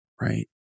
right